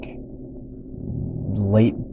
late